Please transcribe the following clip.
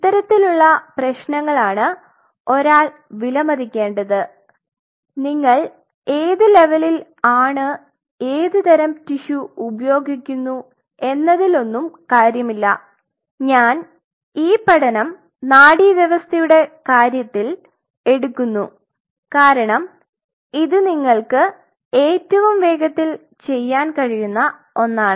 ഇത്തരത്തിലുള്ള പ്രശ്നങ്ങളാണ് ഒരാൾ വിലമതിക്കേണ്ടത് നിങ്ങൾ ഏത് ലെവലിൽ ആണ് ഏത് തരം ടിഷ്യു ഉപയോഗിക്കുന്നു എന്നതിൽ ഒന്നും കാര്യമില്ല ഞാൻ ഈ പഠനം നാഡീവ്യവസ്ഥയുടെ കാര്യത്തിൽ എടുക്കുന്നു കാരണം ഇത് നിങ്ങൾക്ക് ഏറ്റവും വേഗത്തിൽ ചെയ്യാൻ കഴിയുന്ന ഒന്നാണ്